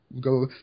Go